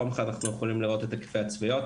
פעם אחת אנחנו יכולים לראות היקפי הצפיות.